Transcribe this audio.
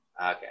okay